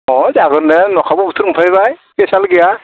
अ जागोन अखाबो बोथोर मोनफैबाय भैजाल गैया